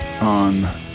on